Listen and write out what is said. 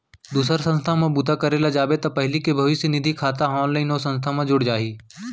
दूसर संस्था म बूता करे ल जाबे त पहिली के भविस्य निधि खाता ह ऑनलाइन ओ संस्था म जुड़ जाही